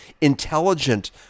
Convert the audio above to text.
intelligent